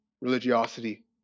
religiosity